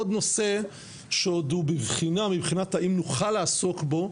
עוד נושא שהוא בבחינה האם נוכל לעסוק בו,